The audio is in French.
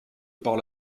par